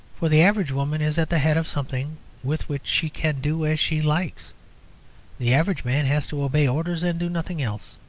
for the average woman is at the head of something with which she can do as she likes the average man has to obey orders and do nothing else.